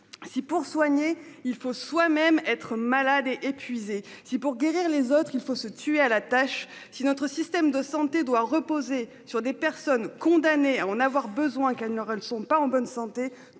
Si pour soigner, il faut soi-même, être malade et épuisé si pour guérir les autres, il faut se tuer à la tâche si notre système de santé doit reposer sur des personnes condamnées à en avoir besoin qu'elle leur, elles ne sont pas en bonne santé.